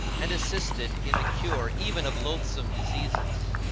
and assisted in the cure even of loathsome diseases.